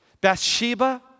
Bathsheba